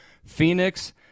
Phoenix